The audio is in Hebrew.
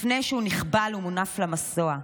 לפני שהוא נכבל ומונף למסוע,